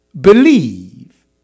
believe